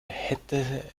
hätte